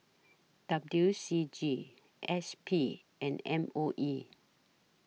W C G S P and M O E